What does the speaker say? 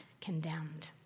condemned